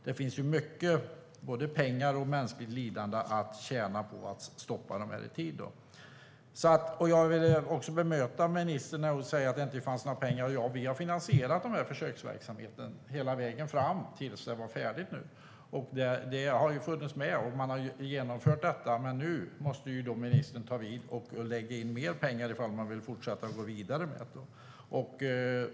Det finns därför mycket att tjäna på att stoppa dessa personer, både i form av pengar och i form av undvikande av mänskligt lidande. Jag vill också bemöta ministern när hon säger att det inte fanns några pengar. Men vi har finansierat denna försöksverksamhet hela vägen fram tills den var färdig. Detta är genomfört. Men nu måste ministern ta vid och lägga in mer pengar om man vill gå vidare med detta.